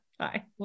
Hi